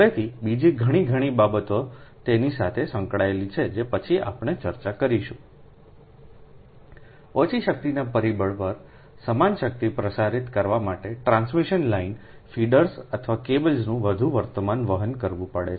હવેથી બીજી ઘણી ઘણી બાબતો તેની સાથે સંકળાયેલી છે જે પછીથી આપણે ચર્ચા કરીશું ઓછી શક્તિના પરિબળ પર સમાન શક્તિ પ્રસારિત કરવા માટે ટ્રાન્સમિશન લાઇન ફીડર્સ અથવા કેબલને વધુ વર્તમાન વહન કરવું પડે છે